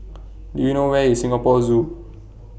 Do YOU know Where IS Singapore Zoo